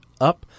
up